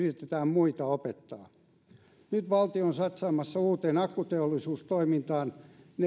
muita opettaa nyt valtio on satsaamassa uuteen akkuteollisuustoimintaan neljäsataaviisikymmentä miljoonaa